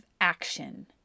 action